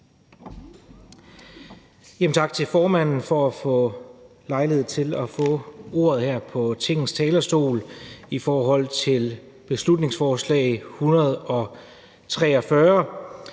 Tak til formanden for at få lejlighed til at få ordet her på Tingets talerstol i forhold til beslutningsforslag nr.